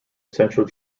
central